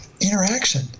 interaction